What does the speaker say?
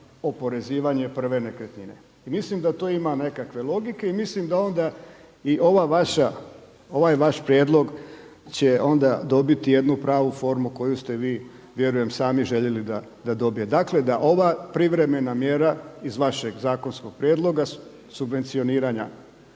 oporezivanje prve nekretnine. I mislim da to ima nekakve logike i mislim da onda i ova vaša, ovaj vaš prijedlog će onda dobiti jednu pravu formu koju ste vi vjerujem sami željeli da dobije. Dakle, da ova privremena mjera iz vašeg zakonskog prijedloga subvencioniranja